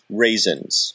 raisins